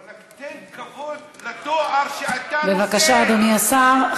ואלכ, תן כבוד לתואר שאתה נושא, בבקשה, אדוני השר.